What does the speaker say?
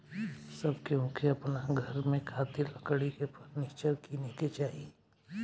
सब केहू के अपना घर में खातिर लकड़ी के फर्नीचर किने के चाही